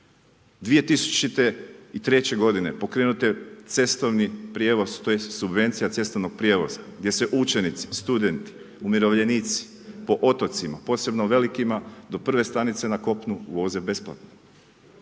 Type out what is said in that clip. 2003. g. pokrenut je cestovni prijevoz tj. subvencija cestovnog prijevoza gdje se učenici, studenti, umirovljenici po otocima posebno velikima do prve stanice na kopnu voze besplatno.